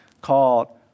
called